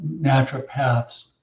naturopaths